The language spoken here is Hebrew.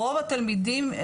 רוב התלמידים,